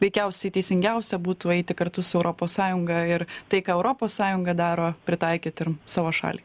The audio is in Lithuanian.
veikiausiai teisingiausia būtų eiti kartu su europos sąjunga ir tai ką europos sąjunga daro pritaikyt ir savo šaliai